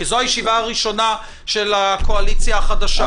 כי זו הישיבה הראשונה של הקואליציה החדשה.